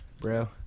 bro